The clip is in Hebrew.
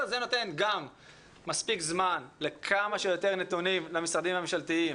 זה נותן מספיק זמן למשרד הבריאות